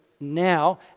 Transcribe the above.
now